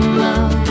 love